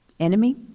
enemy